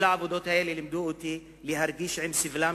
כל העבודות האלה לימדו אותי להרגיש את סבלם